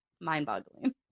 mind-boggling